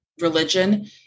religion